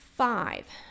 Five